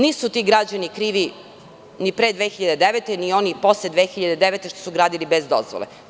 Nisu ti građani krivi, ni pre 2009. godine, ni oni posle 2009. godine, što su gradili bez dozvole.